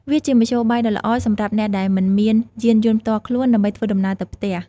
វាជាមធ្យោបាយដ៏ល្អសម្រាប់អ្នកដែលមិនមានយានយន្តផ្ទាល់ខ្លួន ដើម្បីធ្វើដំណើរទៅផ្ទះ។